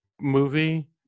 movie